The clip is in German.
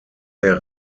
der